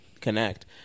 connect